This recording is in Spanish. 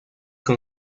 con